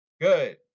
Good